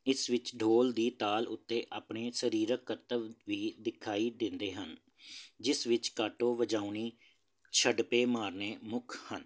ਇਸ ਵਿੱਚ ਢੋਲ ਦੀ ਤਾਲ ਉੱਤੇ ਆਪਣੇ ਸਰੀਰਿਕ ਕਰਤਵ ਵੀ ਦਿਖਾਈ ਦਿੰਦੇ ਹਨ ਜਿਸ ਵਿੱਚ ਕਾਟੋ ਵਜਾਉਣੀ ਛੜੱਪੇ ਮਾਰਨੇ ਮੁੱਖ ਹਨ